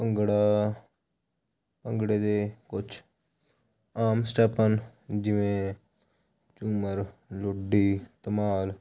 ਭੰਗੜਾ ਭੰਗੜੇ ਦੇ ਕੁਛ ਆਮ ਸਟੈਪ ਹਨ ਜਿਵੇਂ ਝੂੰਮਰ ਲੁੱਡੀ ਧਮਾਲ